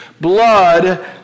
blood